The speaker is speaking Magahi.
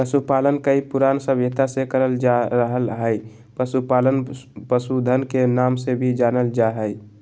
पशुपालन कई पुरान सभ्यता से करल जा रहल हई, पशुपालन पशुधन के नाम से भी जानल जा हई